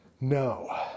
No